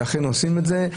לכן עושים את זה,